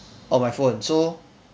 on my phone so